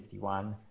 151